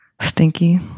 Stinky